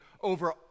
over